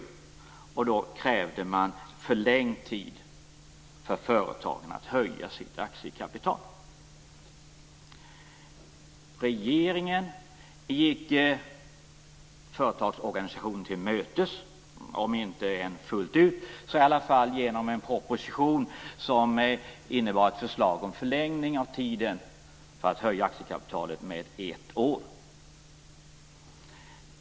Då krävde man förlängd tid för företagen att höja sitt aktiekapital. Regeringen gick företagarorganisationen till mötes, om än inte fullt ut, genom en proposition som innebar ett förslag om förlängning av tiden för att höja aktiekapitalet med ett år.